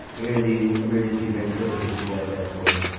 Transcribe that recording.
here are the emergency ventriloquists you guys asked for.